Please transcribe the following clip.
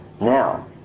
Now